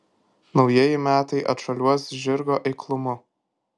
naujieji metai atšuoliuos žirgo eiklumu